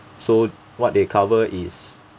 so what they cover is